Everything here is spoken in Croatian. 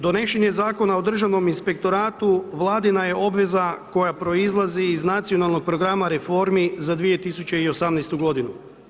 Donošenje je Zakon o državnom inspektoratu, Vladina je obveza koja proizlazi iz Nacionalnog programa reformi za 2018. godinu.